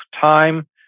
time